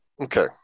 Okay